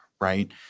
right